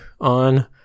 on